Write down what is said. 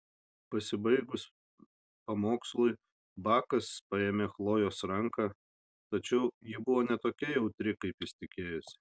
pasibaigus pamokslui bakas paėmė chlojės ranką tačiau ji buvo ne tokia jautri kaip jis tikėjosi